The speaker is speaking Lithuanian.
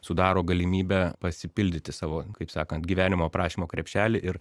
sudaro galimybę pasipildyti savo kaip sakant gyvenimo aprašymo krepšelį ir